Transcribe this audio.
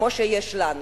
כמו שיש לנו,